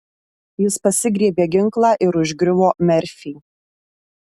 jis pasigriebė ginklą ir užgriuvo merfį